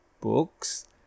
books